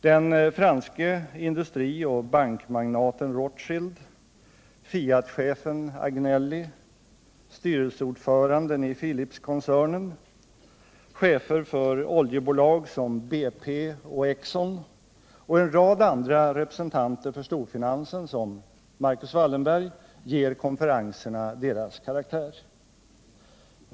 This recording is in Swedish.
Den franske industri och bankmagnaten Rothschild, Fiatchefen Agnelli, styrelseordföranden i Philipskoncernen, chefer för oljebolag som BP och Exxon och en rad andra representanter för storfinansen, t.ex. Marcus Wallenberg, ger konferenserna deras karaktär.